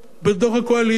בתוך הקואליציה.